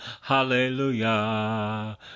hallelujah